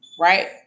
right